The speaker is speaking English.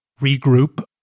regroup